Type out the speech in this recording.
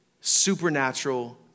supernatural